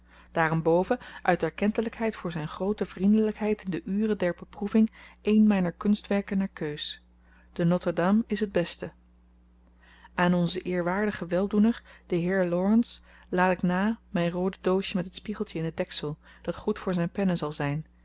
daarenboven uit erkentelijkheid voor zijn groote vriendelijkheid in de ure der beproeving een mijner kunstwerken naar keus de noter dame is het beste aan onzen eerwaardigen weldoener den heer laurence laat ik na mijn roode doosje met het spiegeltje in het deksel dat goed voor zijn pennen zal zijn